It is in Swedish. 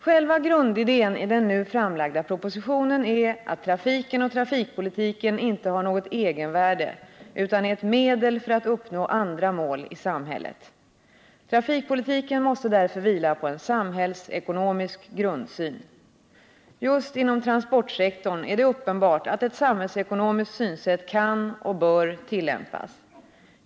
Själva grundidén i den nu framlagda propositionen är att trafiken och trafikpolitiken inte har något egenvärde utan är ett medel för att uppnå andra mål i samhället. Trafikpolitiken måste därför vila på en samhällsekonomisk grundsyn. Just inom transportsektorn är det uppenbart att ett samhällsekonomiskt synsätt kan och bör tillämpas.